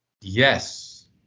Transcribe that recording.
Yes